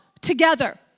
together